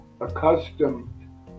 accustomed